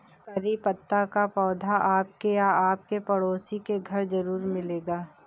करी पत्ता का पौधा आपके या आपके पड़ोसी के घर ज़रूर मिलेगा